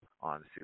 on